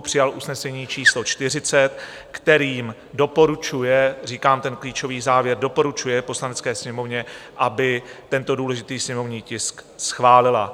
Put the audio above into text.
Přijal usnesení číslo 40, kterým doporučuje říkám ten klíčový závěr doporučuje Poslanecké sněmovně, aby tento důležitý sněmovní tisk schválila.